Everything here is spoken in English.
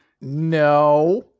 no